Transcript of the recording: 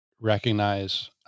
recognize